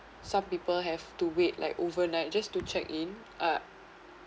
some people have to wait like overnight just to check in uh